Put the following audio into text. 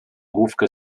główkę